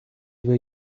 were